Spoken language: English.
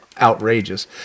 outrageous